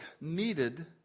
needed